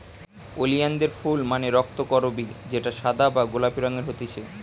ওলিয়ানদের ফুল মানে রক্তকরবী যেটা সাদা বা গোলাপি রঙের হতিছে